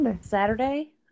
Saturday